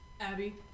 Abby